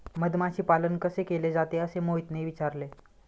मधमाशी पालन कसे केले जाते? असे मोहितने विचारले